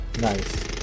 Nice